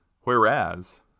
whereas